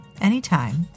anytime